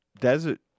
Desert